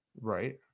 Right